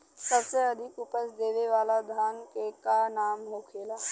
सबसे अधिक उपज देवे वाला धान के का नाम होखे ला?